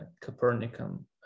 Copernican